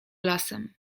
lasem